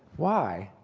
why?